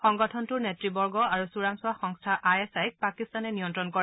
সংগঠনটোৰ নেত়বৰ্গ আৰু চোৰাংচোৱা সংস্থা আই এছ আইক পাকিস্তানে নিয়ন্ত্ৰণ কৰে